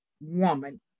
woman